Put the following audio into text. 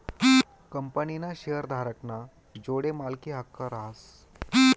कंपनीना शेअरधारक ना जोडे मालकी हक्क रहास